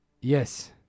Yes